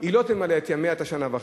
היא לא תמלא את ימיה, את השנה וחצי.